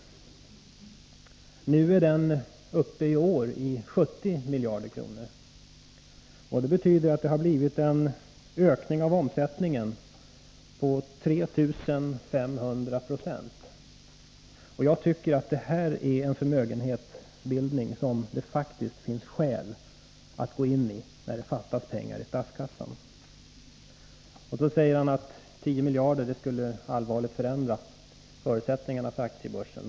I år är den uppe i 70 miljarder kronor. Det betyder att omsättningen har ökat med 3 500 96, och jag tycker att det är en förmögenhetsbildning som det faktiskt finns skäl att gå in i när det fattas pengar i statskassan. Så säger finansministern att 10 miljarder skulle allvarligt förändra förutsättningarna för aktiebörsen.